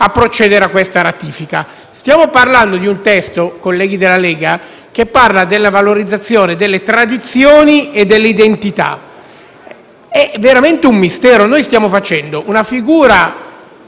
a procedere a tale ratifica. Stiamo parlando di un testo, colleghi della Lega, che parla della valorizzazione delle tradizioni e delle identità. È veramente un mistero; stiamo facendo una figura